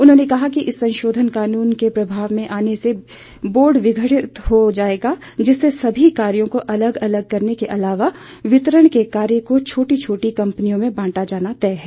उन्होंने कहा कि इस संशोधन कानून के प्रभाव में आने से बोर्ड विघटित हो जाएगा जिससे सभी कार्यों को अलग अलग करने के अलावा वितरण के कार्य को छोटी छोटी कंपनियों में बांटा जाना तय है